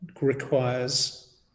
requires